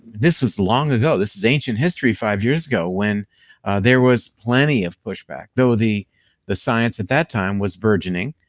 this was long ago, this is ancient history, five years ago, when there was plenty of pushback. though the the science at that time was burgeoning,